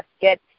get